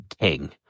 king